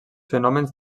fenòmens